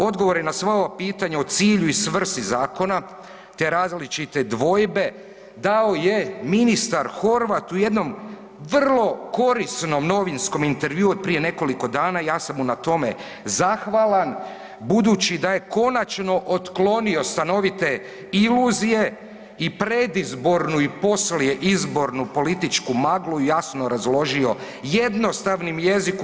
Odgovore na sva ova pitanja u cilju i svrsi zakona te različite dvojbe dao je ministar Horvat u jednom vrlo korisnom novinskom intervjuu od prije nekoliko dana, ja sam mu na tome zahvalan, budući da je konačno otklonio stanovite iluzije i predizbornu i poslijeizbornu političku magli, jasno razložio jednostavnim jezikom.